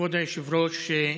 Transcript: כבוד היושב-ראש,